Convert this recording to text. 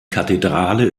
kathedrale